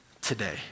today